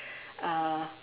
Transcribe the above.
uh